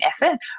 effort